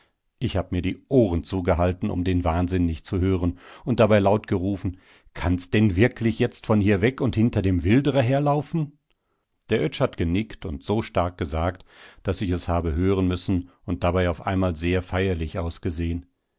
ich habe mir die ohren zugehalten um den wahnsinn nicht zu hören und dabei laut gerufen kannst denn wirklich jetzt von hier weg und hinter dem wilderer herlaufen der oetsch hat genickt und so stark gesagt daß ich es habe hören müssen und dabei auf einmal sehr feierlich ausgesehen